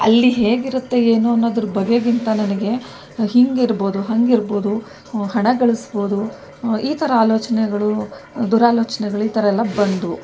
ಅಲ್ಲಿ ಹೇಗಿರುತ್ತೋ ಏನೋ ಅನ್ನೋದರ ಬಗೆಗಿಂತ ನನಗೆ ಹೀಗಿರ್ಬೋದು ಹಾಗಿರ್ಬೋದು ಹಣ ಗಳಿಸಬೋದು ಈ ಥರ ಆಲೋಚನೆಗಳು ದುರಾಲೋಚನೆಗಳು ಈ ಥರ ಎಲ್ಲ ಬಂದವು